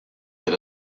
that